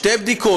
שתי בדיקות,